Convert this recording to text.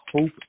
hope